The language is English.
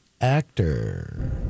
actor